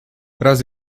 raz